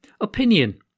Opinion